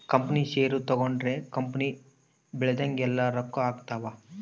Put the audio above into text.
company ಷೇರು ತಗೊಂಡ್ರ company ಬೆಳ್ದಂಗೆಲ್ಲ ರೊಕ್ಕ ಆಗ್ತವ್